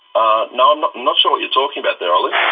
ah no, i'm not sure what you're talking about there ollie.